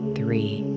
three